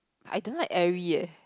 I don't like Airy eh